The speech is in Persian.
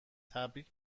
تبریک